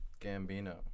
Gambino